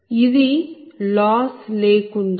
ఇది లాస్ లేకుండా